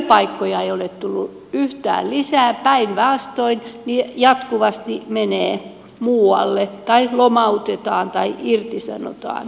työpaikkoja ei ole tullut yhtään lisää päinvastoin jatkuvasti niitä menee muualle tai väkeä lomautetaan tai irtisanotaan